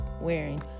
wearing